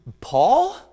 Paul